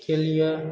एहिके लिअ